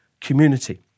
community